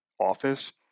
office